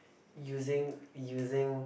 using using